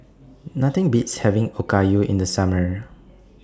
Nothing Beats having Okayu in The Summer